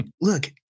look